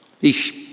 Ich